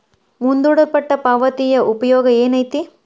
ಮುಂದೂಡಲ್ಪಟ್ಟ ಪಾವತಿಯ ಉಪಯೋಗ ಏನೈತಿ